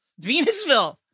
Venusville